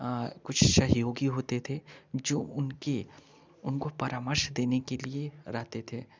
सहयोगी होते थे जो उनके उनको परामर्श देने के लिए रहते थे